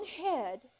head